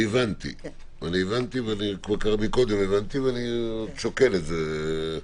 כבר קודם הבנתי, ואני שוקל את זה.